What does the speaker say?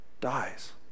dies